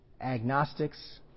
agnostics